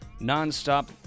Nonstop